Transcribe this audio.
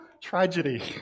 tragedy